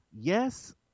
Yes